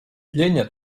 llenya